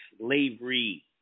slavery